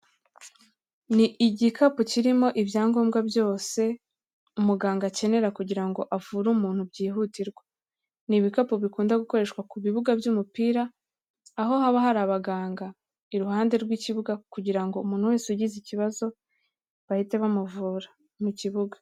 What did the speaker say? Ni igikapu kirimo ibyangombwa byose umuganga akenera kugira ngo avure umuntu byihutirwa. Ni ibikapu bikunda gukoreshwa ku bibuga by'umupira, aho haba hari abaganga iruhande rw'ikibuga kugira ngo umuntu wese ugize ikibazo bahite bamuvura mu kibuga.